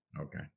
Okay